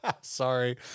Sorry